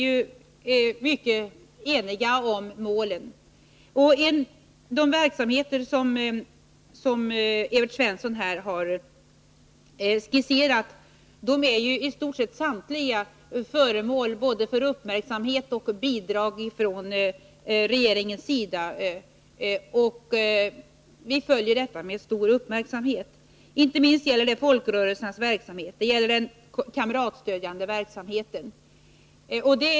I stort sett samtliga av de verksamheter som Evert Svensson här har skisserat är föremål för uppmärksamhet och får bidrag från regeringen. Vi följer alltså detta arbete med stor uppmärksamhet. Det gäller inte minst folkrörelsernas verksamhet och den kamratstöd jande verksamheten.